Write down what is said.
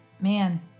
Man